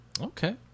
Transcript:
Okay